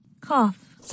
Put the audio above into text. cough